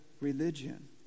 religion